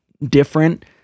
different